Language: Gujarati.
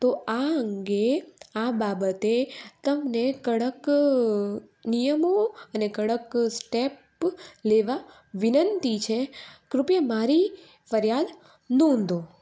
તો આ અંગે આ બાબતે તમને કડક નિયમો અને કડક સ્ટેપ લેવા વિનંતી છે કૃપયા મારી ફરિયાદ નોંધો